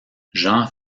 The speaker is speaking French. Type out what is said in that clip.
jean